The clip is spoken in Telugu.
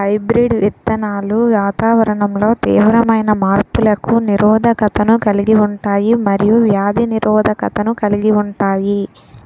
హైబ్రిడ్ విత్తనాలు వాతావరణంలో తీవ్రమైన మార్పులకు నిరోధకతను కలిగి ఉంటాయి మరియు వ్యాధి నిరోధకతను కలిగి ఉంటాయి